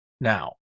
Now